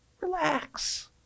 relax